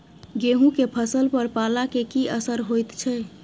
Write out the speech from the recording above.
गेहूं के फसल पर पाला के की असर होयत छै?